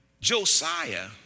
Josiah